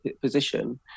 position